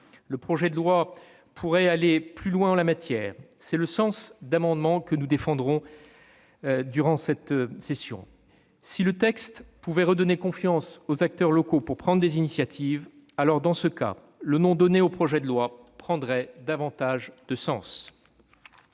Le projet de loi pourrait aller plus loin en la matière ; tel est le sens d'amendements que nous défendrons. Si le texte pouvait redonner confiance aux acteurs locaux pour prendre des initiatives, alors, dans ce cas, le nom donné au projet de loi prendrait certainement